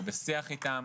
אנחנו בשיח איתם,